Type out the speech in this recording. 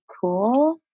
cool